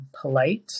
polite